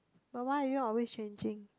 but why are you always changing